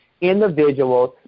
individuals